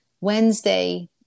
Wednesday